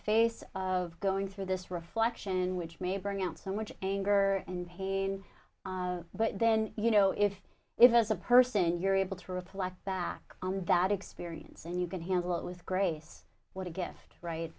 face of going through this reflection which may bring out so much anger and pain but then you know if it has a person and you're able to reflect back on that experience and you can handle it with grace what a gift right